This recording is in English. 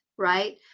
Right